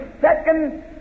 second